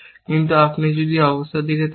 কিন্তু আপনি যদি এই অবস্থার দিকে তাকান